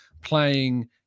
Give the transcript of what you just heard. playing